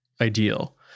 ideal